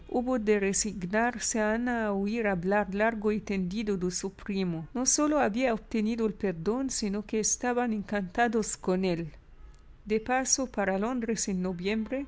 hubo de resignarse ana a oír hablar largo y tendido de su primo no sólo había obtenido el perdón sino que estaban encantados con él de paso para londres en noviembre